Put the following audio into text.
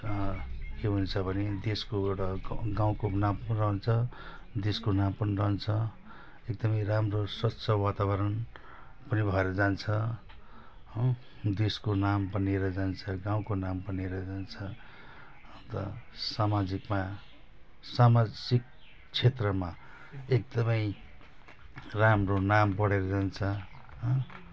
के हुन्छ भने देशको र ग गाउँको नाम रहन्छ देशको नाम पनि रहन्छ एकदमै राम्रो स्वच्छ वातावरण पनि भएर जान्छ हो देशको नाम बनेर जान्छ गाउँको नाम बनेर जान्छ अन्त सामाजिकमा सामाजिक क्षेत्रमा एकदमै राम्रो नाम बढेर जान्छ